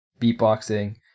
beatboxing